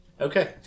Okay